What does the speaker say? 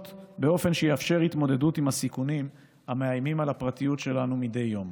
באופן שיאפשר התמודדות עם הסיכונים המאיימים על הפרטיות שלנו מדי יום.